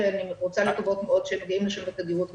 שאני רוצה לקוות מאוד שהם מגיעים לשם בתדירות גבוהה.